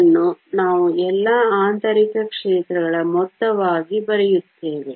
ಇದನ್ನು ನಾವು ಎಲ್ಲಾ ಆಂತರಿಕ ಕ್ಷೇತ್ರಗಳ ಮೊತ್ತವಾಗಿ ಬರೆಯುತ್ತೇವೆ